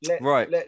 Right